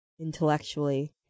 intellectually